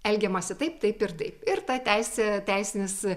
elgiamasi taip taip ir taip ir ta teisė teisinis